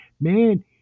man